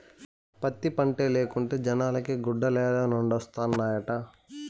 పత్తి పంటే లేకుంటే జనాలకి గుడ్డలేడనొండత్తనాయిట